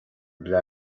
bhaile